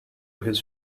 his